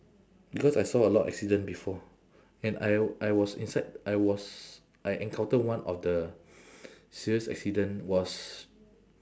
because I saw a lot accident before and I I was inside I was I encounter one of the serious accident was